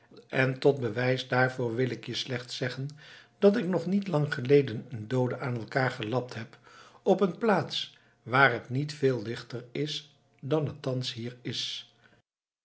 en tot bewijs daarvoor wil ik je slechts zeggen dat ik nog niet lang geleden een doode aan elkaar gelapt heb op een plaats waar het niet veel lichter is dan het thans hier is